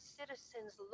citizens